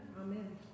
Amen